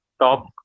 top